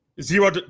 zero